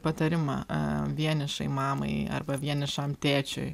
patarimą vienišai mamai arba vienišam tėčiui